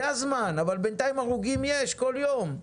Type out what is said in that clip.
זה הזמן, אבל בינתיים הרוגים יש כל יום.